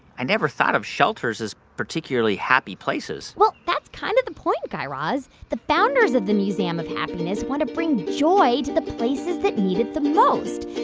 i never thought of shelters as particularly happy places well, that's kind of the point, guy raz. the founders of the museum of happiness want to bring joy to the places that need it the most.